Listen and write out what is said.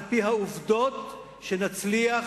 על-פי העובדות שנצליח